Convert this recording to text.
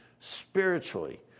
spiritually